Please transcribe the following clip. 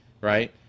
right